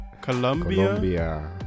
colombia